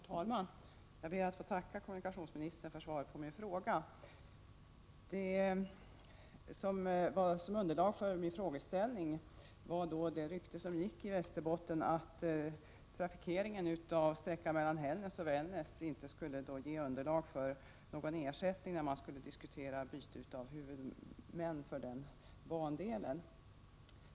Herr talman! Jag ber att få tacka kommunikationsministern för svaret på min fråga. Frågan var föranledd av det rykte som gick i Västerbotten, att trafikeringen av sträckan mellan Hällnäs och Vännäs inte skulle ge underlag för någon ersättning när man diskuterade byte av huvudman för den bandelen.